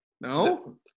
No